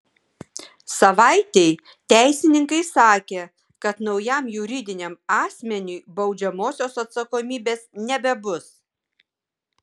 savaitei teisininkai sakė kad naujam juridiniam asmeniui baudžiamosios atsakomybės nebebus